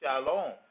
Shalom